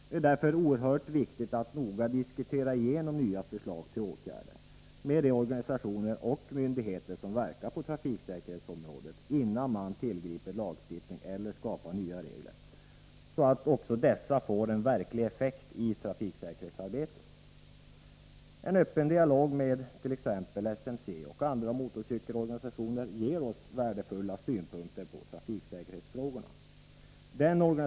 Det är därför oerhört viktigt att noga diskutera igenom nya förslag till åtgärder med de organisationer och myndigheter som verkar på trafiksäkerhetsområdet innan man tillgriper lagstiftning eller skapar nya regler, så att reglerna också får en verklig effekt i trafiksäkerhetsarbetet. En öppen dialog med t.ex. SMC och andra motorcykelorganisationer ger oss värdefulla synpunkter på trafiksäkerhetsfrågorna.